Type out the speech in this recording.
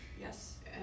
Yes